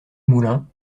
moulin